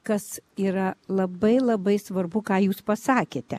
kas yra labai labai svarbu ką jūs pasakėte